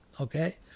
okay